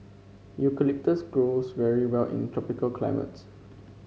eucalyptus grows very well in tropical climates